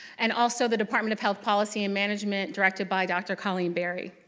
and also the department of health policy and management directed by dr. colleen barry.